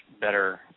better